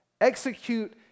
execute